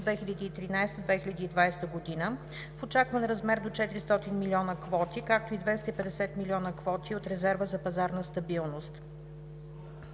2013 – 2020 г., в очакван размер до 400 млн. квоти, както и 250 млн. квоти от Резерва за пазарна стабилност.